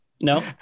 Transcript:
no